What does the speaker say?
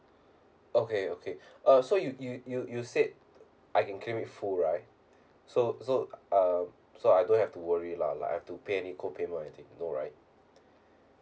okay okay uh so you you you said I can claim it full right so so um so I don't have to worry lah like I have to pay any co payment or anything no right